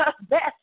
best